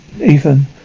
Ethan